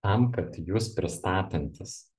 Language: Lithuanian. tam kad jus pristatantis